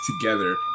together